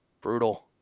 brutal